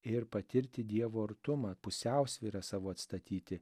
ir patirti dievo artumą pusiausvyrą savo atstatyti